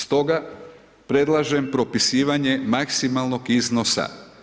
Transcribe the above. Stoga predlažem propisivanje maksimalnog iznosa.